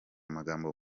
magambo